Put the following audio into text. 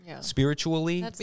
spiritually